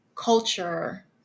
Culture